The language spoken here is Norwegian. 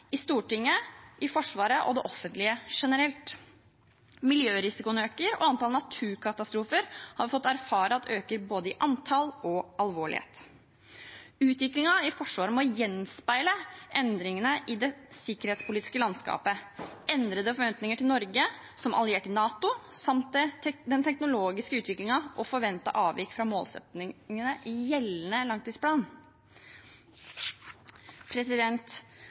i Stortinget, i Forsvaret og i det offentlige generelt. Miljørisikoen øker og antall naturkatastrofer har vi fått erfare øker både i antall og i alvorlighet. Utviklingen i Forsvaret må gjenspeile endringene i det sikkerhetspolitiske landskapet, endrede forventninger til Norge som alliert i NATO samt den teknologiske utviklingen og forventet avvik fra målsettingene i gjeldende langtidsplan.